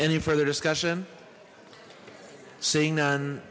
any further discussion seeing non